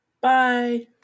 Bye